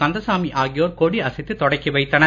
கந்தசாமி ஆகியோர் கொடியசைத்து தொடக்கி வைத்தனர்